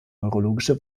neurologische